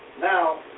Now